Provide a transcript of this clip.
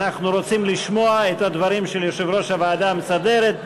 אנחנו רוצים לשמוע את הדברים של יושב-ראש הוועדה המסדרת.